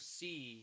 see